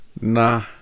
Nah